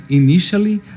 initially